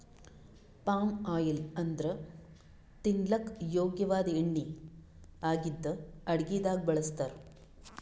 palm oil ಅಂದ್ರ ತಿನಲಕ್ಕ್ ಯೋಗ್ಯ ವಾದ್ ಎಣ್ಣಿ ಆಗಿದ್ದ್ ಅಡಗಿದಾಗ್ ಬಳಸ್ತಾರ್